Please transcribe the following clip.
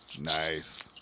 Nice